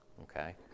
Okay